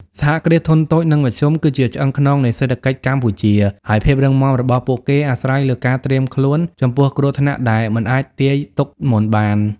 សហគ្រាសធុនតូច និងមធ្យម គឺជាឆ្អឹងខ្នងនៃសេដ្ឋកិច្ចកម្ពុជា ហើយភាពរឹងមាំរបស់ពួកគេអាស្រ័យលើការត្រៀមខ្លួនចំពោះគ្រោះថ្នាក់ដែលមិនអាចទាយទុកមុនបាន។